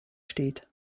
steht